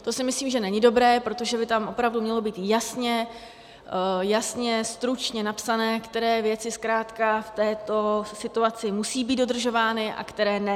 To si myslím, že není dobré, protože by tam opravdu mělo být jasně, stručně napsané, které věci zkrátka v této situaci musí být dodržovány a které ne.